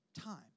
Time